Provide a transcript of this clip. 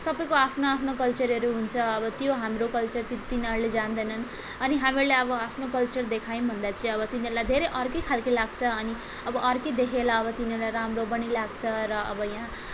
सबको आफ्नो आफ्नो कल्चहरू हुन्छ अब त्यो हाम्रो कल्चर तिनीहरूले जान्दैनन् अनि हामीहरूले अब आफ्नो कल्चर देखायौँ भन्दा चाहिँ अब तिनीहरूलाई धेरै अर्को खाले लाग्छ अनि अब अर्को देखिएला अब तिनीहरूलाई राम्रो पनि लाग्छ र अब यहाँ